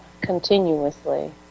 Continuously